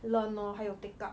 learn lor 还有 take up